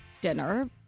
dinner